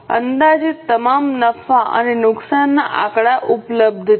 તેથી અંદાજિત તમામ નફા અને નુકસાનના આંકડા ઉપલબ્ધ છે